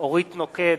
אורית נוקד,